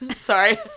Sorry